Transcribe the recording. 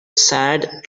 sad